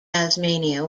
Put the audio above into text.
tasmania